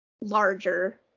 larger